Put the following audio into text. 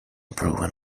proven